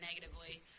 negatively